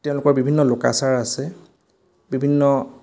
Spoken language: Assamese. তেওঁলোকৰ বিভিন্ন লোকাচাৰ আছে বিভিন্ন